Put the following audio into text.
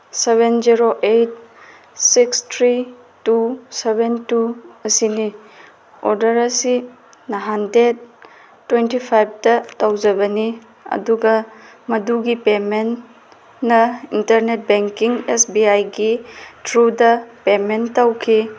seven zero eight six three two seven two ꯑꯁꯤꯅꯤ order ꯑꯁꯤ ꯅꯍꯥꯟ ꯗꯦꯠ ꯇ꯭ꯋꯦꯟꯇꯤ ꯐꯥꯏꯚꯇ ꯇꯧꯖꯕꯅꯤ ꯑꯗꯨꯒ ꯃꯗꯨꯒꯤ ꯄꯦꯃꯦꯟꯅ ꯏꯟꯇ꯭ꯔꯅꯦꯠ ꯕꯦꯡꯀꯤꯡ ꯑꯦꯁ ꯕꯤ ꯑꯥꯏꯒꯤ ꯊ꯭ꯔꯨꯗ ꯄꯦꯃꯦꯟ ꯇꯧꯈꯤ